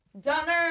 Dunner